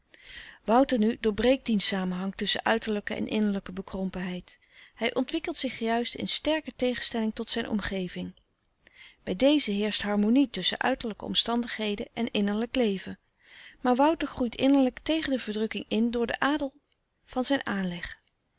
wouter nu doorbreekt dien samenhang tusschen uiterlijke en innerlijke bekrompenheid hij ontwikkelt zich juist in sterke tegenstelling tot zijn omgeving bij deze heerscht harmonie tusschen uiterlijke omstandigheden en innerlijk leven maar wouter groeit innerlijk tegen de verdrukking in door den adel van zijn aanleg